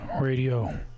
Radio